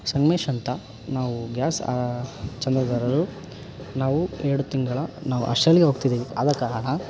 ಸಂಗಮೇಶ್ ಅಂತ ನಾವು ಗ್ಯಾಸ್ ಚಂದಾದಾರರು ನಾವು ಎರಡು ತಿಂಗಳು ನಾವು ಆಷ್ಟ್ರೇಲಿಯಾಗೆ ಹೋಗ್ತಿದ್ದೀವಿ ಆದ ಕಾರಣ